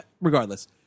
Regardless